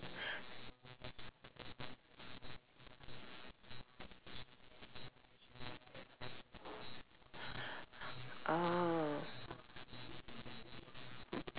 oh